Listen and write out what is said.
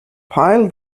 pile